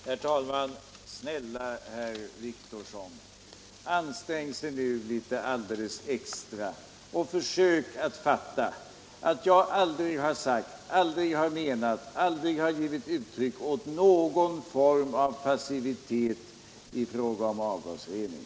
Herr talman! Snälla herr Wictorsson, ansträng er nu litet alldeles extra och försök att fatta att jag aldrig har sagt, aldrig har menat, aldrig har givit uttryck åt att det skall vara någon form av passivitet i fråga om avgasrening.